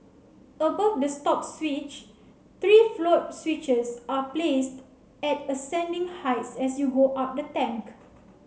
above the stop switch three float switches are placed at ascending heights as you go up the tank